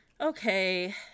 okay